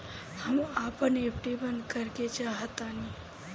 हम अपन एफ.डी बंद करेके चाहातानी